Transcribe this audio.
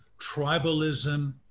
tribalism